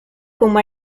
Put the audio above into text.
huma